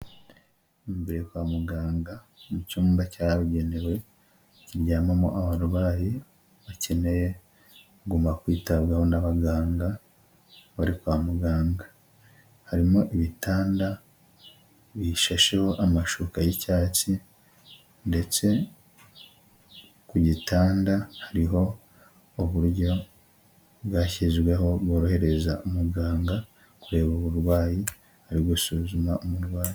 Imbere kwa muganga mu cyumba cyabugenewe kiryamamo abarwayi bakeneye kuguma kwitabwaho n'abaganga bari kwa muganga, harimo ibitanda bishasheho amashuka y'icyatsi ndetse ku gitanda hariho uburyo bwashyizweho bworohereza umuganga kureba uburwayi ari gusuzuma umurwayi.